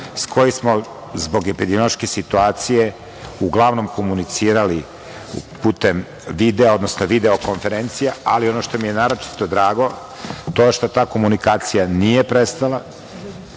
s kojim smo zbog epidemiološke situacije uglavnom komunicirali putem, odnosno video konferencija, ali ono što mi je naročito drago, to je što ta komunikacija nije prestala,